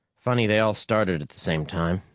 funny they all started at the same time,